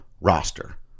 roster